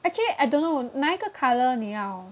actually I don't know 哪一的 colour 你要